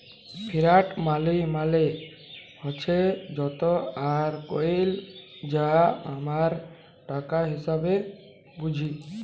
fiat মালি মালে হছে যত আর কইল যা আমরা টাকা হিসাঁবে বুঝি